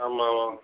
ஆமாம் மேம்